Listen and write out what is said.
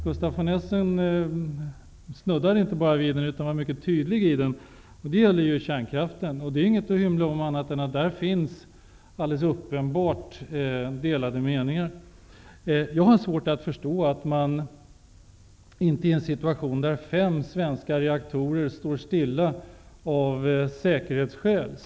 Gustaf von Essen var mycket tydlig när han tog upp den frågan. Det gäller frågan om kärnkraften. Det är inget att hymla om. I den frågan finns helt uppenbart delade meningar. Fem svenska reaktorer står nu stilla av säkerhetsskäl.